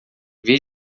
vez